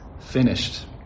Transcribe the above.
finished